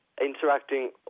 interacting